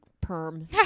perm